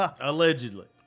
Allegedly